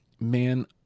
Man